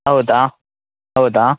ಹೌದಾ ಹೌದಾ